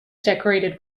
decorated